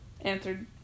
Answered